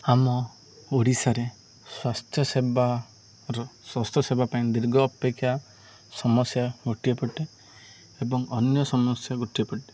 ଆମ ଓଡ଼ିଶାରେ ସ୍ୱାସ୍ଥ୍ୟ ସେବାର ସ୍ୱାସ୍ଥ୍ୟ ସେେବା ପାଇଁ ଦୀର୍ଘ ଅପେକ୍ଷା ସମସ୍ୟା ଗୋଟିଏ ପଟେ ଏବଂ ଅନ୍ୟ ସମସ୍ୟା ଗୋଟିଏ ପଟେ